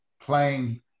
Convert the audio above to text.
playing